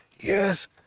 Yes